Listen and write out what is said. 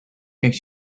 makes